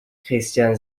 christine